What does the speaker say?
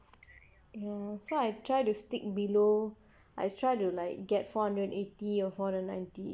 ya so I try to stick below I try to like get four hundred and eighty or four hundred ninety